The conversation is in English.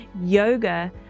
yoga